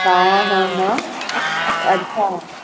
हां हां हां अच्छा